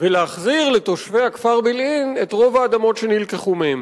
ולהחזיר לתושבי הכפר בילעין את רוב האדמות שנלקחו מהם.